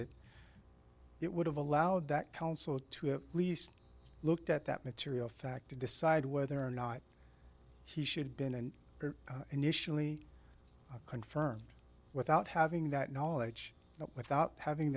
it it would have allowed that counsel to at least looked at that material fact to decide whether or not he should bin and initially confirm without having that knowledge without having